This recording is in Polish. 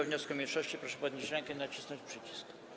wniosku mniejszości, proszę podnieść rękę i nacisnąć przycisk.